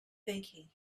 thinking